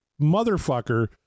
motherfucker